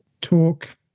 talk